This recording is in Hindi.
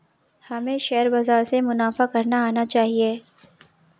हमें शेयर बाजार से मुनाफा करना आना चाहिए